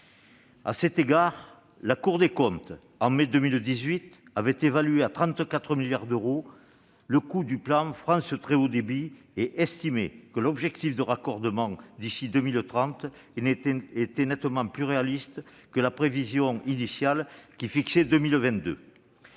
de mai 2018, la Cour des comptes avait évalué à 34 milliards d'euros le coût du plan France Très haut débit et estimé que l'objectif de raccordement d'ici à 2030 était nettement plus réaliste que la prévision initiale, c'est-à-dire 2022.